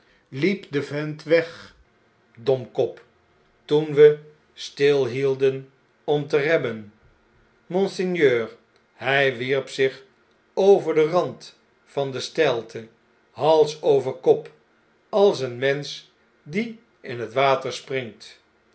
liep de vent weg domkop toen we stilhielden om te remmen monseigneur hjj wierp zich over den rand van de steilte hals over kop als een mensch die in het water springt